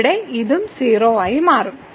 ഇവിടെ ഇതും 0 ആയി മാറും